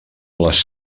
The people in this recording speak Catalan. les